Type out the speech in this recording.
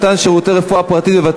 הממשלה נגד חרדים ונשים מוכות.